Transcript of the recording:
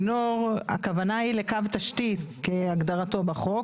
לצינור, הכוונה היא לו תשתית כהגדרתו בחוק.